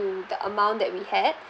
~o the amount that we had